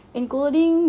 including